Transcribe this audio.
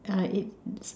uh it's